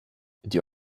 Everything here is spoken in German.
die